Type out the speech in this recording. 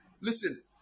Listen